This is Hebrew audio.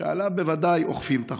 שעליהם בוודאי אוכפים את החוק.